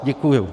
Děkuju.